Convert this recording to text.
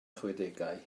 chwedegau